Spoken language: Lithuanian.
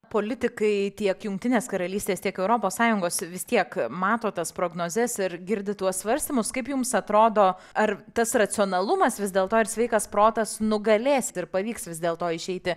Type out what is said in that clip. politikai tiek jungtinės karalystės tiek europos sąjungos vis tiek mato tas prognozes ir girdi tuos svarstymus kaip jums atrodo ar tas racionalumas vis dėlto ar sveikas protas nugalės ir pavyks vis dėlto išeiti